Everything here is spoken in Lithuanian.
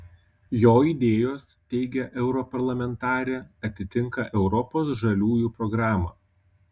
jo idėjos teigia europarlamentarė atitinka europos žaliųjų programą